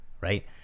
right